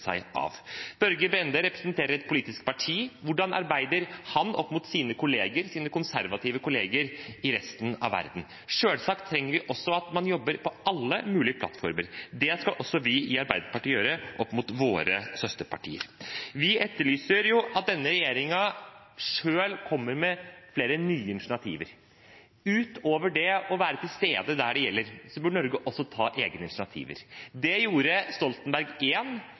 seg av. Børge Brende representerer et politisk parti. Hvordan arbeider han opp mot sine kolleger, sine konservative kolleger, i resten av verden? Selvsagt trenger vi også at man jobber på alle mulige plattformer. Det skal også vi i Arbeiderpartiet gjøre opp mot våre søsterpartier. Vi etterlyser at denne regjeringen selv kommer med flere nye initiativ. Utover det å være til stede der det gjelder, bør Norge også ta egne initiativ. Det gjorde Stoltenberg